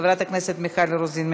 חברת הכנסת מיכל רוזין,